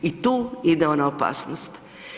I tu ide ona opasnost.